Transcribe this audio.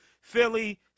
Philly